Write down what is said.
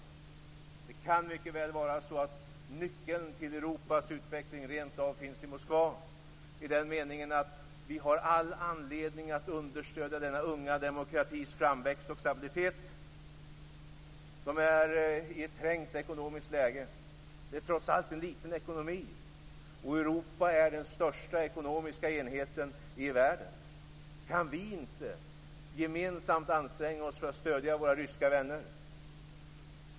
Det kan rent av mycket väl vara så att nyckeln till Europas utveckling finns i Moskva, i den meningen att vi har all anledning att understödja framväxten och stabiliteten av den unga demokratin där. Ryssland är i ett trängt ekonomiskt läge. Det är trots allt en liten ekonomi, och Europa är den största ekonomiska enheten i världen. Kan vi inte gemensamt anstränga oss för att stödja våra ryska vänner?